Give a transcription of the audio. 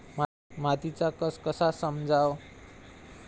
मातीचा कस कसा समजाव?